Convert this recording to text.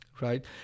right